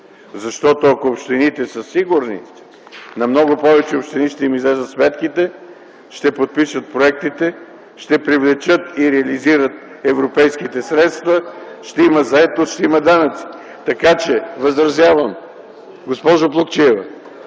защото ако общините са сигурни, на много повече общини ще им излязат сметките, ще подпишат проектите, ще привлекат и реализират европейските средства, ще има заетост, ще има данъци. Госпожо Плугчиева,